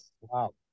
wow